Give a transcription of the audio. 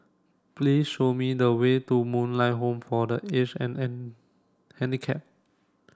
please show me the way to Moonlight Home for the Aged and an Handicapped